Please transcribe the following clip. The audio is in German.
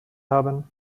haben